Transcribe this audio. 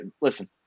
listen